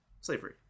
slavery